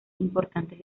importantes